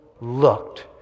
looked